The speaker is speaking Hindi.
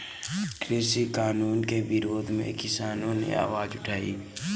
कृषि कानूनों के विरोध में किसानों ने आवाज उठाई